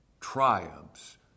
triumphs